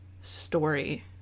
story